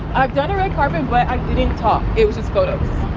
i've done a red carpet but i didn't talk. it was just photos.